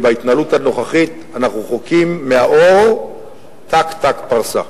ובהתנהלות הנוכחית אנחנו רחוקים מהאור ת"ק-ת"ק פרסה.